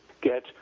get